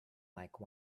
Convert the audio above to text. like